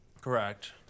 Correct